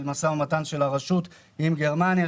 יש משא ומתן של הרשות עם גרמניה,